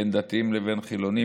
בין דתיים לבין חילונים,